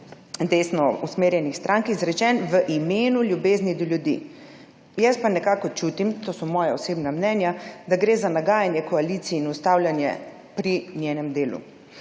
desno usmerjenih strank, izrečen v imenu ljubezni do ljudi. Jaz pa nekako čutim, to so moja osebna mnenja, da gre za nagajanje koaliciji in ustavljanje pri njenem delu.